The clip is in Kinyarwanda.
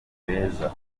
beza